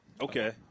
Okay